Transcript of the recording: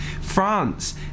france